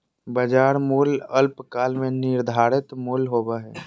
बाजार मूल्य अल्पकाल में निर्धारित मूल्य होबो हइ